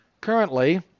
Currently